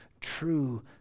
true